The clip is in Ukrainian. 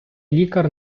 лікар